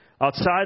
Outside